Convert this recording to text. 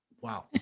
Wow